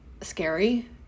scary